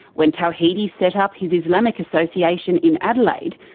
when tawhidi set up his islamic association in adelaide,